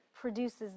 produces